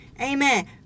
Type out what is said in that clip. Amen